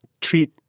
treat